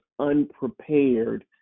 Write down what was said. unprepared